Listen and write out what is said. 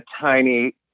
tiny